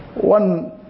one